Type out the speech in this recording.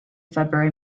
february